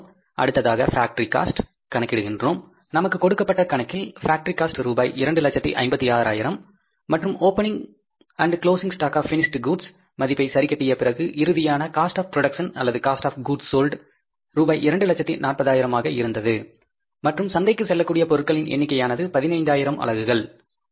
அடுத்ததாக factory cost கணக்கிடுகிறோம் நமக்கு கொடுக்கப்பட்ட கணக்கில் பேக்டரி காஸ்ட் ரூபாய் 256000 மற்றும் opening and closing stock of finished goods மதிப்பை சரி கட்டிய பிறகு இறுதியான காஸ்ட் ஆப் ப்ரொடக்ஷன் அல்லது காஸ்ட் ஆப் கூட்ஸ் சால்ட் ரூபாய் 240000 ஆக இருந்தது மற்றும் சந்தைக்கு செல்லக்கூடிய பொருட்கள் எண்ணிக்கையானது 15000 அலகுகள் சரியா